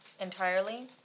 entirely